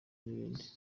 n’ibindi